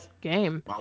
game